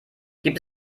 gibt